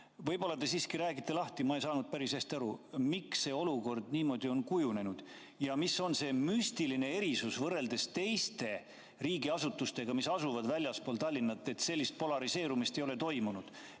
Võib-olla te siiski räägite lahti, ma ei saanud päris hästi aru, miks see olukord niisuguseks on kujunenud. Ja mis on see müstiline erisus võrreldes teiste riigiasutustega, mis asuvad väljaspool Tallinna, et sellist polariseerumist ei ole toimunud?